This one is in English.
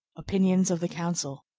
opinions of the council